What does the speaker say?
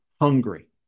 hungry